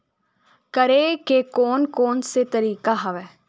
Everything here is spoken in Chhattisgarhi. करे के कोन कोन से तरीका हवय?